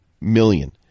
million